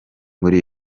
muri